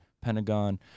Pentagon